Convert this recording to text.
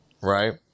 right